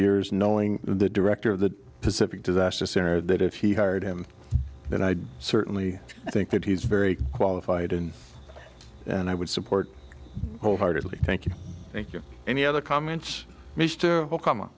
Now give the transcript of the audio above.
years knowing the director of the pacific disaster center that if he hired him then i certainly think that he's very qualified in and i would support wholeheartedly thank you thank you any other comments mr okama